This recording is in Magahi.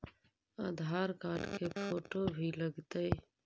आधार कार्ड के फोटो भी लग तै?